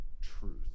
truth